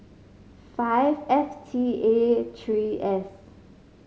five F T A three S